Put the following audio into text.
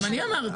גם אני אמרתי.